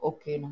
Okay